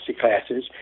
classes